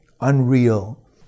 unreal